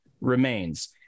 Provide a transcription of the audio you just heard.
remains